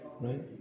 right